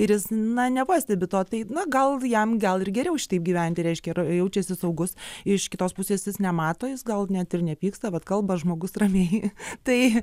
ir jis na nepastebi to tai na gal jam gal ir geriau šitaip gyventi reiškia ir jaučiasi saugus iš kitos pusės jis nemato jis gal net ir nepyksta bet kalba žmogus ramiai tai